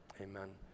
amen